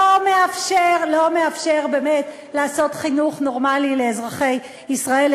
לא מאפשר באמת לתת חינוך נורמלי לאזרחי ישראל,